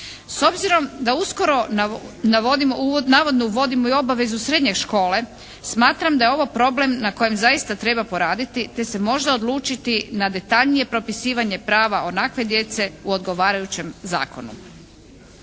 S obzirom da uskoro navodno uvodimo i obavezu srednje škole smatram da je ovo problem na kojem zaista treba poraditi te se možda odlučiti na detaljnije propisivanje prava onakve djece u odgovarajućem zakonu.